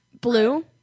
Blue